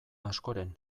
askoren